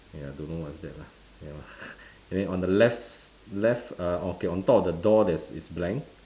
ya don't know what's that lah ya lah and then on the left left err okay on top of the door there's is blank